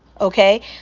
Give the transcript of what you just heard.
okay